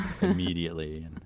immediately